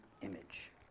image